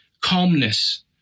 calmness